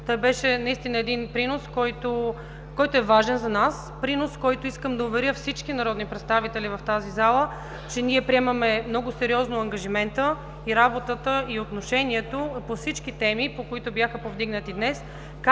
Това беше наистина един принос, който е важен за нас, принос, в който искам да уверя всички народни представители в тази зала, че ние приемаме много сериозно ангажимента и работата, и отношението по всички теми, които бяха повдигнати днес,